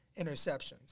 interceptions